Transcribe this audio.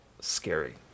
scary